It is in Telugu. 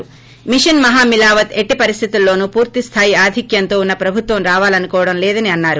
మిషన్ మహామిలావత్ ఎట్టి పరిస్థితుల్లోను పూర్తి స్థాయి ఆధిక్యంతో ఉన్న ప్రభుత్వం రావాలనుకోవడం లేదని అన్నారు